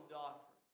doctrine